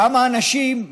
כמה אנשים,